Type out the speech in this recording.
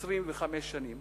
25 שנים.